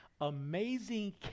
amazing